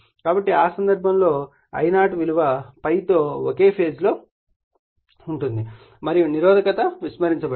కాబట్టి ఆ సందర్భంలో I0 విలువ ∅ తో ఒకే ఫేజ్ లో ఉంటుంది మరియు నిరోధకత విస్మరించబడినది